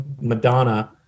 madonna